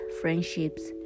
friendships